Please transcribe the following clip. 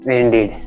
indeed